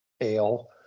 ale